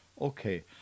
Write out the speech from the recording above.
Okay